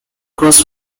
cross